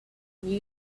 news